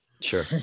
Sure